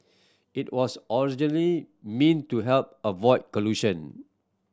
it was originally meant to help avoid collision